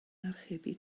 archebu